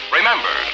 Remember